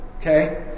okay